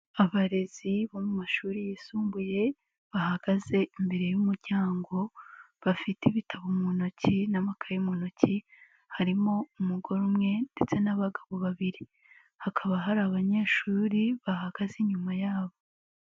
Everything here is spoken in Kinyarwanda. Abarezi bo mu mashuri yisumbuye bahagaze imbere y'umuryango bafite ibitabo mu ntoki n'amakaye mu ntoki, harimo umugore umwe ndetse n'abagabo babiri, hakaba hari abanyeshuri bahagaze inyuma yabo.